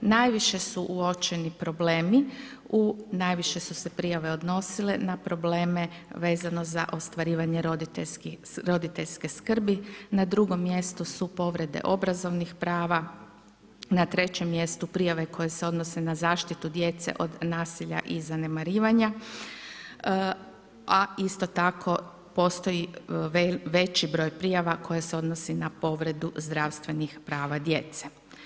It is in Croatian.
Najviše su uočeni problemi, najviše su se prijave odnosile na probleme vezano za ostvarivanje roditeljske skrbi, na drugom mjestu su povrede obrazovnih prava, na trećem mjestu prijave koje se odnose na zaštitu djece od nasilja i zanemarivanja, a isto tako postoji veći broj prijava koje se odnose na prijavu zdravstvenih prava djece.